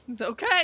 Okay